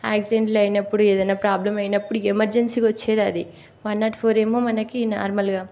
యాక్సిడెంట్లు అయినప్పుడు ఏదైనా ప్రాబ్లం అయినప్పుడు ఎమర్జెన్సీగా వచ్చేది అది వన్ నాట్ ఫోర్ ఏమో మనకి నార్మల్గా